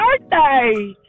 birthday